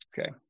Okay